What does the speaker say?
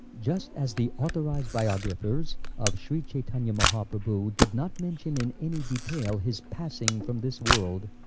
just as the authorized biographers of shri chaitanya mahaprabhu did not mention in any detail his passing from this world,